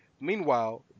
Meanwhile